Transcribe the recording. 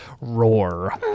roar